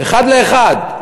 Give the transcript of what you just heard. אחד לאחד.